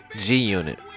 G-Unit